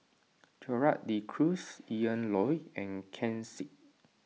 Gerald De Cruz Ian Loy and Ken Seet